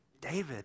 David